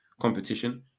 competition